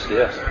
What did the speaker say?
yes